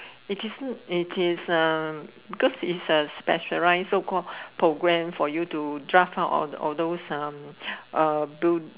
it is a because its a specialise so called program for you to draft out those